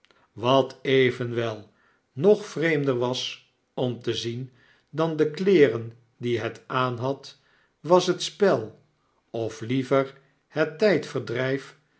wat evenwel nog vreemder was om te zien dan de kleeren die het aan had was hetspel of liever het